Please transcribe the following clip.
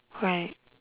right